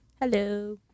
hello